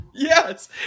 Yes